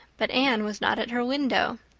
but anne was not at her window.